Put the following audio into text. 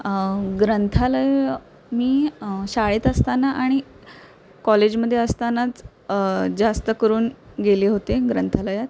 ग्रंथालय मी शाळेत असताना आणि कॉलेजमदे असतानाच जास्त करून गेले होते ग्रंथालयात